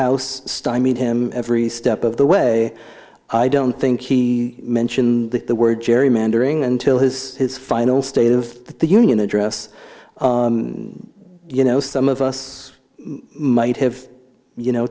house stymied him every step of the way i don't think he mentioned the word gerrymandering until his his final state of the union address you know some of us might have you know